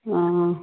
অঁ